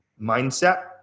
mindset